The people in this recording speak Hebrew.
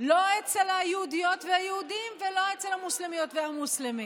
לא אצל היהודיות והיהודים ולא אצל המוסלמיות והמוסלמים.